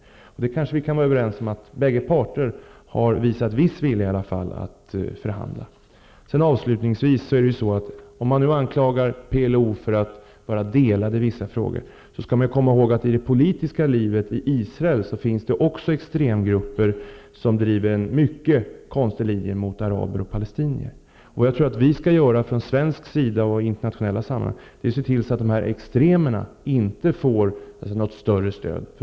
Vi kanske kan vara överens om att bägge parter i alla fall har visat viss vilja att förhandla. Om man anklagar PLO för att vara delat i vissa frågor, skall man komma ihåg att det i det politiska livet i Israel också finns extremgrupper som driver en mycket konstig linje mot araber och palestinier. Det jag tror att vi skall göra från svensk sida, det gäller också i internationella sammanhang, är att se till att de extrema inte får något större stöd.